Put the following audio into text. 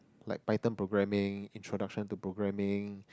like Python programming introduction to programming